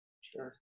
sure